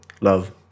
love